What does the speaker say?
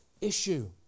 issue